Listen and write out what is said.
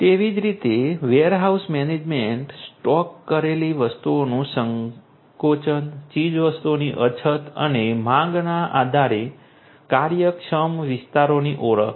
તેવી જ રીતે વેરહાઉસ મેનેજમેન્ટ સ્ટોક કરેલી વસ્તુઓનું સંકોચન ચીજવસ્તુઓની અછત અને માંગના આધારે કાર્યક્ષમ વિસ્તારોની ઓળખ